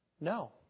No